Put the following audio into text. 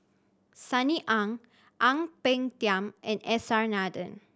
Sunny Ang Ang Peng Tiam and S R Nathan